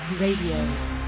Radio